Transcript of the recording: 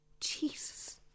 Jesus